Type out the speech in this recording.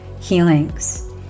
healings